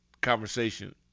conversation